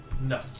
No